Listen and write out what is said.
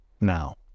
now